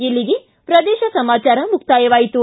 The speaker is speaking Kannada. ಇಲ್ಲಿಗೆ ಪ್ರದೇಶ ಸಮಾಚಾರ ಮುಕ್ತಾಯವಾಯಿತು